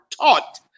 taught